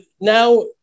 now